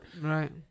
Right